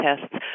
tests